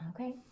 Okay